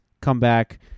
comeback